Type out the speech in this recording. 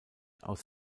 aus